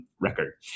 record